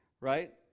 right